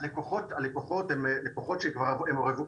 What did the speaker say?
הלקוחות כבר רווי ניסיון.